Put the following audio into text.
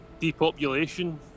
depopulation